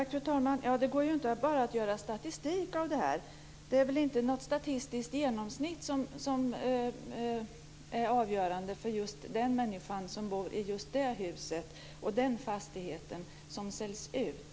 Fru talman! Det går inte att bara göra statistik av det. Det är inte något statistiskt genomsnitt som är avgörande för den människa som bor i just det hus eller den fastighet som säljs ut.